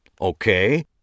Okay